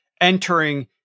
entering